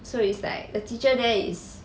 so it's like the teacher there is